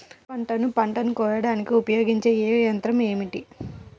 వరిపంటను పంటను కోయడానికి ఉపయోగించే ఏ యంత్రం ఏమిటి?